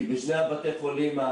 כי בשני בתי החולים,